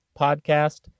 podcast